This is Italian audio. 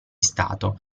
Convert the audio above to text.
stato